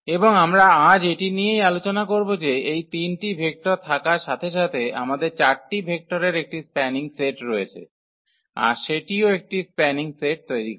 এবং আমরা আজ এটি নিয়েই আলোচনা করব যে এই 3 টি ভেক্টর থাকার সাথে সাথে আমাদের 4 টি ভেক্টরের একটি স্প্যানিং সেট রয়েছে আর সেটিও একটি স্প্যানিং সেট তৈরি করে